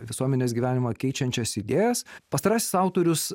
visuomenės gyvenimą keičiančias idėjas pastarasis autorius